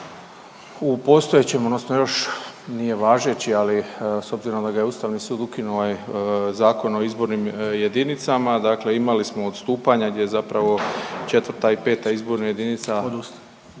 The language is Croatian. u postojećem odnosno još nije važeći, ali s obzirom da ga je Ustavni sud ukinuo Zakon o izbornim jedinicama, dakle imali smo odstupanja gdje zapravo IV. i V. izborna jedinica su